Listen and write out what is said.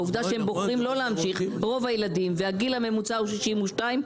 העובדה שרוב הילדים בוחרים לא להמשיך והגיל הממוצע הוא 62,